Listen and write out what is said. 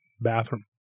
bathroom